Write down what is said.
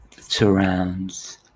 surrounds